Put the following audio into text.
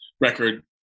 record